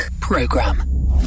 Program